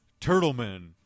Turtleman